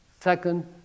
second